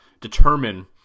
determine